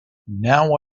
now